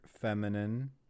feminine